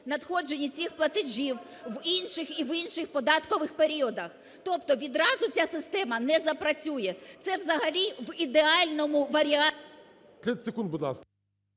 надходженні цих платежів в інших і в інших податкових періодах. Тобто відразу ця система не запрацює, це взагалі в ідеальному варіанті…